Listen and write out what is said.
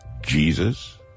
Jesus